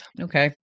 Okay